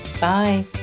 Bye